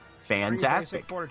Fantastic